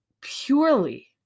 purely